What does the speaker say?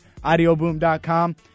audioboom.com